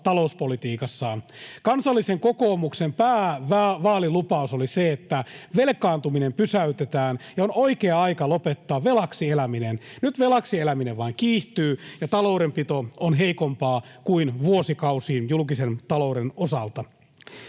talouspolitiikassaan. Kansallisen Kokoomuksen päävaalilupaus oli se, että velkaantuminen pysäytetään ja on oikea aika lopettaa velaksi eläminen. Nyt velaksi eläminen vain kiihtyy, ja taloudenpito on heikompaa kuin vuosikausiin julkisen talouden osalta.